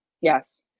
yes